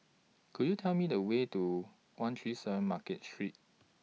Could YOU Tell Me The Way to one three seven Market Street